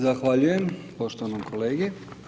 Zahvaljujem poštovanom kolegi.